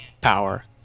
power